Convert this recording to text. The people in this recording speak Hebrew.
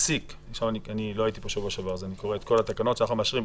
אני לא הייתי פה בשבוע שעבר אז אני קורא את כל התקנות שאנחנו מאשרים.